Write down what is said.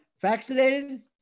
vaccinated